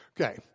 Okay